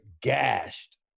gashed